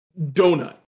donut